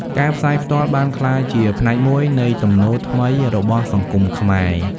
ការផ្សាយផ្ទាល់បានក្លាយជាផ្នែកមួយនៃទំនោរថ្មីរបស់សង្គមខ្មែរ។